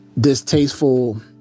distasteful